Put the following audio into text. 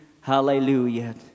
hallelujah